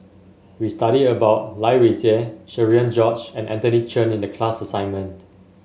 we studied about Lai Weijie Cherian George and Anthony Chen in the class assignment